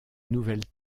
nouvelles